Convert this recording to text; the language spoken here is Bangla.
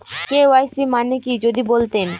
কে.ওয়াই.সি মানে কি যদি বলতেন?